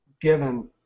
given